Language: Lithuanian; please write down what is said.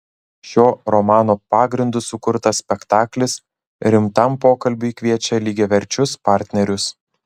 šio romano pagrindu sukurtas spektaklis rimtam pokalbiui kviečia lygiaverčius partnerius